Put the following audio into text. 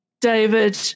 David